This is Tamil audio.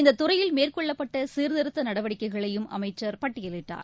இந்ததுறையில் மேற்கொள்ளப்பட்டசீர்திருத்தநடவடிக்கைகளையும் அமைச்சர் பட்டியலிட்டார்